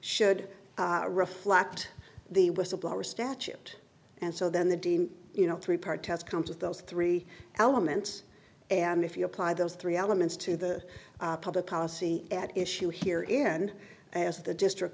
should reflect the whistleblower statute and so then the deem you know three part test comes with those three elements and if you apply those three elements to the public policy at issue here in as the district